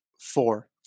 four